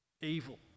evil